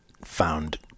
found